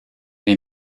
les